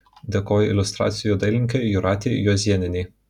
dėkoju iliustracijų dailininkei jūratei juozėnienei